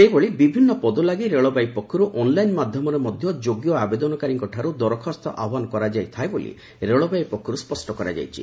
ସେହିଭଳି ବିଭିନ୍ନ ପଦ ଲାଗି ରେଳବାଇ ପକ୍ଷରୁ ଅନ୍ଲାଇନ୍ ମାଧ୍ୟମରେ ମଧ୍ୟ ଯୋଗ୍ୟ ଆବେଦନକାରୀଙ୍କଠାରୁ ଦରଖାସ୍ତ ଆହ୍ୱାନ କରାଯାଇଥାଏ ବୋଲି ରେଳବାଇ ପକ୍ଷରୁ ସ୍ୱଷ୍ଟ କରାଯାଇଛି